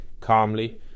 calmly